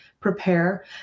prepare